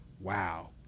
Wow